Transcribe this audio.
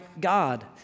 God